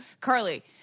Carly